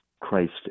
Christ